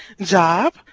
job